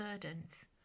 burdens